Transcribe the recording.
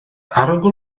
arogl